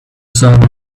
serve